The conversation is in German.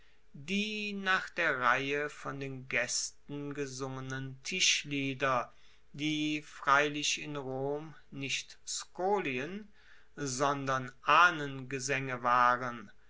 die nach der reihe von den gaesten gesungenen tischlieder die freilich in rom nicht skolien sondern ahnengesaenge waren